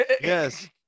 Yes